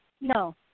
No